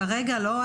כרגע לא.